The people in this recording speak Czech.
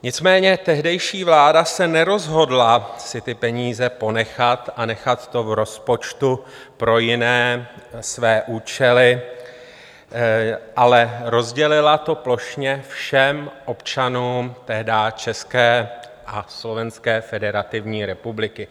Nicméně tehdejší vláda se nerozhodla si ty peníze ponechat a nechat to v rozpočtu pro jiné své účely, ale rozdělila to plošně všem občanům tehdy České a Slovenské Federativní Republiky.